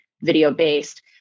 video-based